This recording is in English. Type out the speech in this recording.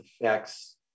affects